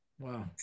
Wow